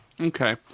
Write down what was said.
Okay